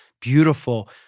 beautiful